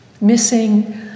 missing